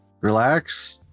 Relax